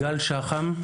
גל שחר,